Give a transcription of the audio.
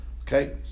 Okay